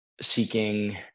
seeking